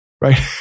right